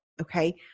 Okay